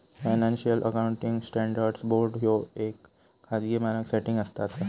financial accounting standards board ह्या येक खाजगी मानक सेटिंग संस्था असा